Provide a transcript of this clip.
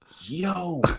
yo